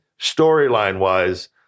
storyline-wise